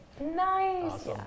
Nice